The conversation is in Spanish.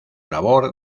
labor